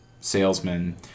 salesman